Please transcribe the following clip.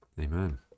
amen